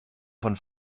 von